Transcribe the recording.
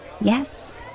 Yes